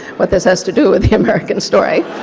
what this has to do with the american story,